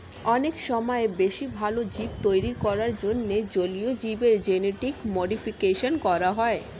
অনেক সময় বেশি ভালো জীব তৈরী করার জন্যে জলীয় জীবের জেনেটিক মডিফিকেশন করা হয়